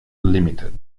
ltd